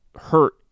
hurt